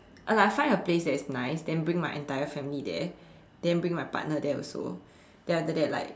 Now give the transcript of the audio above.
uh like I will find a place that is nice then bring my entire family there then bring my partner there also then after that like